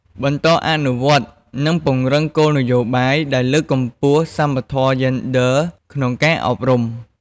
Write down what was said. បន្តអនុវត្ត និងពង្រឹងគោលនយោបាយដែលលើកកម្ពស់សមធម៌យេនឌ័រក្នុងការអប់រំ។